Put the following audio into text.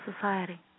Society